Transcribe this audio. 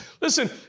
Listen